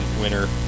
winner